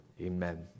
Amen